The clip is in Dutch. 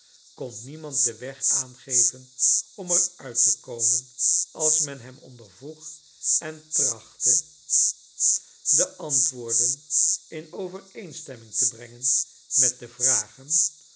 kon niemand den weg aangeven om er uifc te komen als men hem ondervroeg en r rachtte de antwoorden in overeenstemming te brengen met de vragen